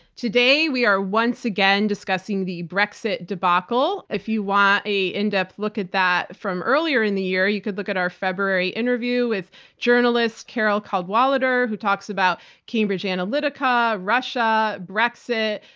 today, we are once again discussing the brexit debacle. if you want a in-depth look at that from earlier in the year, you could look at our february interview with journalists carole cadwalladr, who talks about cambridge analytica, russia, brexit,